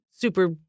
super